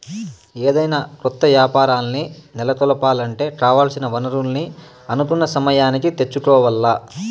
ఏదైనా కొత్త యాపారాల్ని నెలకొలపాలంటే కావాల్సిన వనరుల్ని అనుకున్న సమయానికి తెచ్చుకోవాల్ల